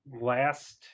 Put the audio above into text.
last